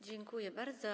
Dziękuję bardzo.